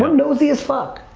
um nosy as fuck!